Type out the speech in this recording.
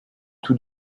tout